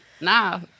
nah